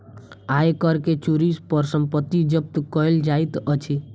आय कर के चोरी पर संपत्ति जब्त कएल जाइत अछि